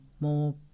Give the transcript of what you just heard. more